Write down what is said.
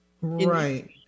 Right